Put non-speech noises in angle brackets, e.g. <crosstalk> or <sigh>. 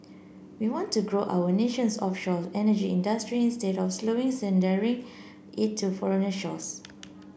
we want to grow our nation's offshore energy industry instead of slowly <unintelligible> it to foreign shores